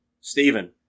Stephen